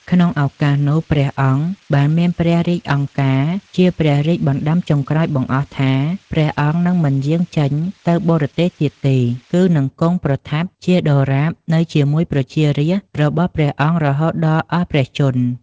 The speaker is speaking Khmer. ក្នុងឱកាសនោះ ព្រះអង្គបានមានព្រះរាជឱង្ការ ជាព្រះរាជបណ្ដាំចុងក្រោយបង្អស់ថា ព្រះអង្គនឹងមិនយាងចេញទៅបរទេសទៀតទេ គឺនឹងគង់ប្រថាប់ជាដរាបនៅជាមួយប្រជារាស្ត្ររបស់ព្រះអង្គរហូតដល់អស់ព្រះជន្ម។